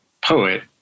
poet